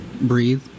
breathe